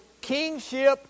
Kingship